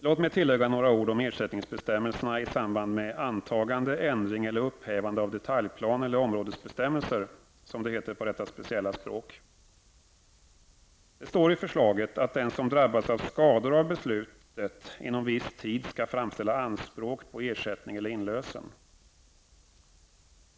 Låt mig tillägga några ord om ersättningsbestämmelserna i samband med antagande, ändring eller upphävande av detaljplan eller områdesbestämmelser, som det heter på detta speciella språk. Det står i förslaget att den som drabbas av skador av beslutet inom viss tid skall framställa anspråk på ersättning eller inlösen.